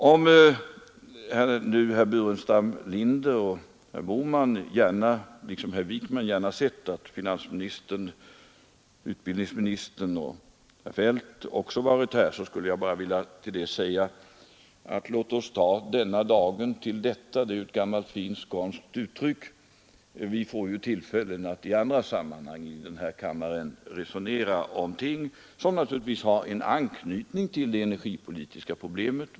Till herr Burenstam Linder, herr Bohman och herr Wijkman, som gärna sett att finansministern, utbildningsministern och handelsministern varit här, skulle jag vilja säga: ”Låt oss ta denna dagen till detta.” Det är ett gammalt fint skånskt uttryck. Vi får tillfälle att i andra sammanhang i kammaren resonera om ekonomiska och utbildningsmässiga ting som naturligtvis har en anknytning till det energipolitiska problemet.